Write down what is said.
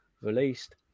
released